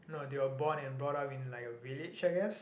no they were born and brought up in like a village I guess